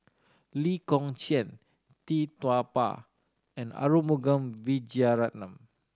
Lee Kong Chian Tee Tua Ba and Arumugam Vijiaratnam